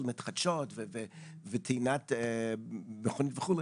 אנרגיות מתחדשות וטעינת מכוניות וכולי,